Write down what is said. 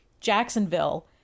Jacksonville